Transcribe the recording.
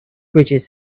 bridges